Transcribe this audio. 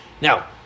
Now